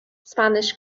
spanish